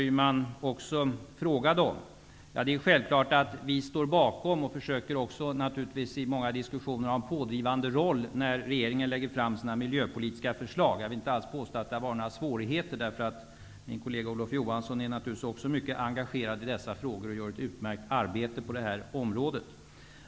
Självfallet står vi bakom regeringens miljöpolitiska förslag. Vi försöker också i många diskussioner vara pådrivande när regeringen lägger fram miljöpolitiska förslag. Jag vill inte alls påstå att det har inneburit några svårigheter, eftersom min kollega Olof Johansson naturligtvis också är mycket engagerad i dessa frågor. Han gör ett utmärkt arbete på detta område.